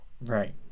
right